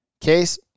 Case